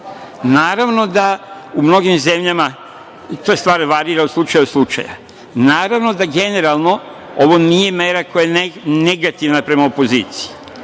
cenzusa. Naravno da u mnogim zemljama ta stvar varira od slučaja do slučaja. Naravno da generalno ovo nije mera koja je negativna prema opoziciji.